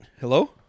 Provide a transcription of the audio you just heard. Hello